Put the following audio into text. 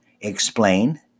explain